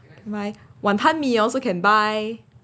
my wanton mee also can buy